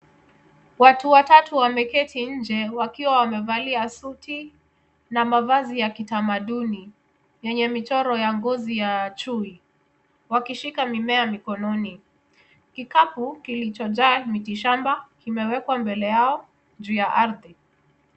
Watu watatu wameketi nje wakiwa wamevalia suti na mavazi ya kitamaduni yenye michoro ya ngozi ya chui wakishika mimea mikononi. Kikapu kilichojaa miti shamba kimewekwa mbele yao juu ya ardhi.